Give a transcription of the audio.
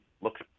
looks